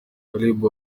caleb